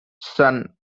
son